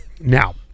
Now